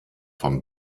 von